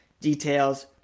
Details